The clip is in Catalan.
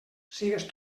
sigues